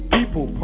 People